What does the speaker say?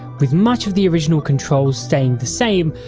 with much of the original controls staying the same,